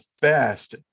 fast